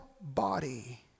body